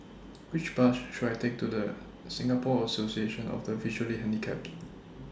Which Bus should I Take to The Singapore Association of The Visually Handicapped